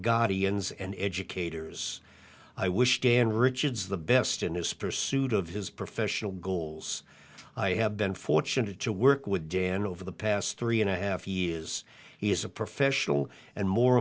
guardians and educators i wish dan richards the best in his pursuit of his professional goals i have been fortunate to work with dan over the past three and a half years he is a professional and more